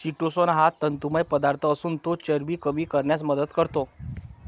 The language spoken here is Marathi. चिटोसन हा तंतुमय पदार्थ असून तो चरबी कमी करण्यास मदत करतो